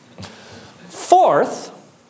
Fourth